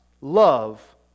love